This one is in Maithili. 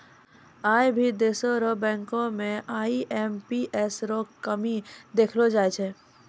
आई भी देशो र बैंको म आई.एम.पी.एस रो कमी देखलो जाय छै